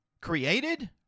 created